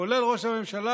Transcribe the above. כולל ראש הממשלה,